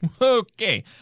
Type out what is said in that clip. Okay